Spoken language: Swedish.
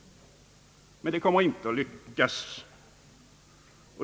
Men det kommer inte att lyckas.